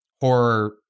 horror